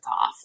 off